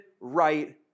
right